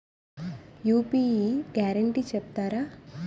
UPI guarantee చెప్తారా?